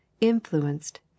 influenced